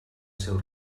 seu